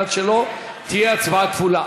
אז צריך לבטל את ההצבעה על מנת שלא תהיה הצבעה כפולה.